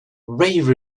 rave